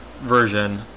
version